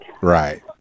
Right